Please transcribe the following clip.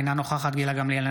אינה נוכחת גילה גמליאל,